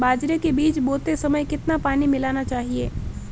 बाजरे के बीज बोते समय कितना पानी मिलाना चाहिए?